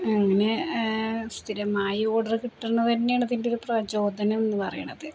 അങ്ങനെ ആ സ്ഥിരമായി ഓർഡര് കിട്ടുന്നതു തന്നെയാണ് ഇതിൻ്റൊരു പ്രചോദനം എന്നു പറയുന്നത്